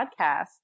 podcast